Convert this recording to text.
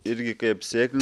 irgi kaip sėkm